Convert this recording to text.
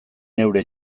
neure